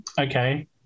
Okay